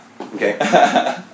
Okay